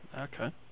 Okay